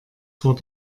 vor